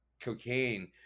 cocaine